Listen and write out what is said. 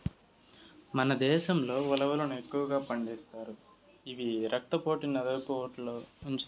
మన దేశంలో ఉలవలను ఎక్కువగా పండిస్తారు, ఇవి రక్త పోటుని అదుపులో ఉంచుతాయి